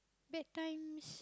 bad times